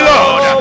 Lord